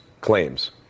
claims